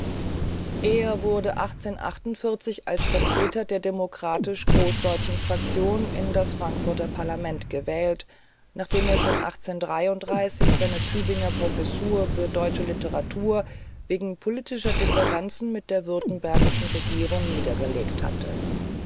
er wurde als vertreter der demokratisch großdeutschen fraktion in das frankfurter parlament gewählt nachdem er schon seine tübinger professur für deutsche literatur wegen politischer differenzen mit der württembergischen regierung niedergelegt hatte